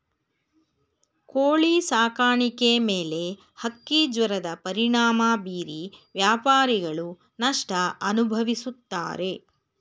ಕೋಳಿ ಸಾಕಾಣಿಕೆ ಮೇಲೆ ಹಕ್ಕಿಜ್ವರದ ಪರಿಣಾಮ ಬೀರಿ ವ್ಯಾಪಾರಿಗಳು ನಷ್ಟ ಅನುಭವಿಸುತ್ತಾರೆ